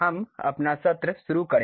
हम अपना सत्र शुरू करें